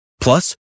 Plus